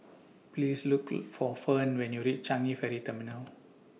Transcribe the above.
Please Look For Ferne when YOU REACH Changi Ferry Terminal